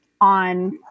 on